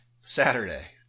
Saturday